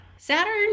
Saturn